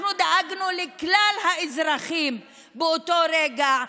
אנחנו דאגנו לכלל האזרחים באותו רגע,